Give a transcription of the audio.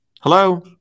hello